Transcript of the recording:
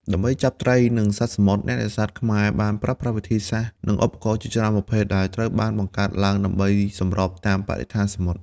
ដើម្បីចាប់ត្រី និងសត្វសមុទ្រ អ្នកនេសាទខ្មែរបានប្រើប្រាស់វិធីសាស្ត្រ និងឧបករណ៍ជាច្រើនប្រភេទដែលត្រូវបានបង្កើតឡើងដើម្បីសម្របតាមបរិស្ថានសមុទ្រ។